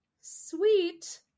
sweet